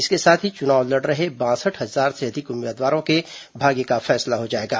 इसके साथ ही चुनाव लड़ रहे बासठ हजार से अधिक उम्मीदवारों के भाग्य का फैसला हो जाएगा